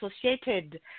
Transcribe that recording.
associated